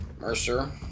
Mercer